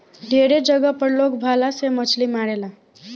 ढेरे जगह पर लोग भाला से मछली मारेला